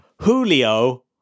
Julio